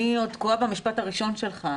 אני עוד תקועה במשפט הראשון שלך,